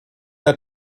der